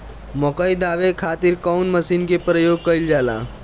मकई दावे खातीर कउन मसीन के प्रयोग कईल जाला?